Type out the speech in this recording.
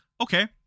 Okay